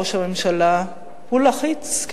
ראש הממשלה: הוא לחיץ.